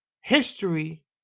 history